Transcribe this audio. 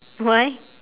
why